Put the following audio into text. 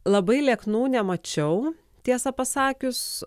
labai lieknų nemačiau tiesą pasakius